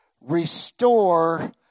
restore